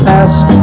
ask